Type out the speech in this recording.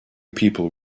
people